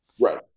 Right